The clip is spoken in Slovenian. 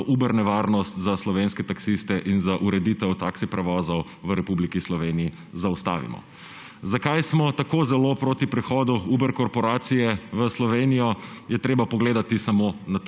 to Uber nevarnost za slovenske taksiste in za ureditev taksi prevozov v Republiki Sloveniji zaustavimo. Zakaj smo tako zelo proti prihodu Uber korporacije v Slovenijo, je treba pogledati samo na